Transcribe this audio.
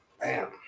bam